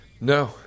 No